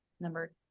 number